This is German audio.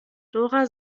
dora